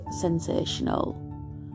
sensational